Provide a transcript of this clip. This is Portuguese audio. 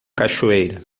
cachoeira